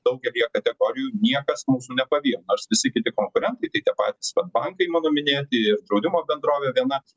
daugelyje kategorijų niekas mūsų nepavijo nors visi kiti konkurentai tai tie patys svedbankai mano minėti ir draudimo bendrovė viena